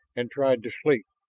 and tried to sleep,